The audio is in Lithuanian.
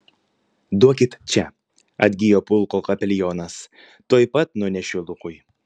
duokit čia atgijo pulko kapelionas tuoj pat nunešiu lukui